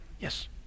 Yes